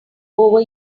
over